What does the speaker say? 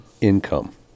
income